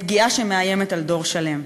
פגיעה שמאיימת על דור שלם.